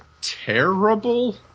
terrible